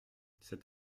cet